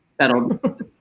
settled